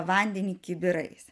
vandenį kibirais